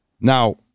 now